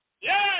yes